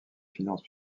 finances